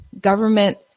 government